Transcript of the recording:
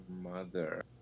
Mother